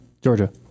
Georgia